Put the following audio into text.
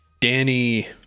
danny